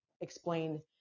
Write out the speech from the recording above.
explain